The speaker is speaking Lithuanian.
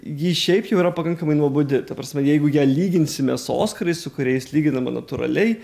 ji šiaip jau yra pakankamai nuobodi ta prasme jeigu ją lyginsime su oskarais su kuriais lyginama natūraliai